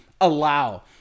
allow